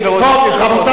חבר הכנסת